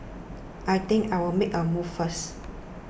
I think I'll make a move first